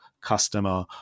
customer